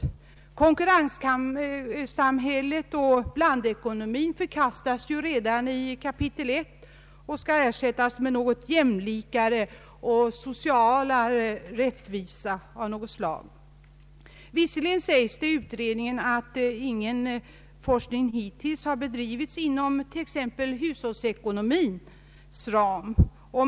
Konkurrenssamhället och blandekonomin förkastas redan i kapitel 1 och skall ersättas med något jämlikare och socialt rättvisare av något slag. Visserligen sägs i utredningen att ingen forskning hittills har bedrivits inom t.ex. hushållsekonomins ram.